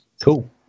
cool